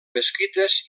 mesquites